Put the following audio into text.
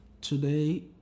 Today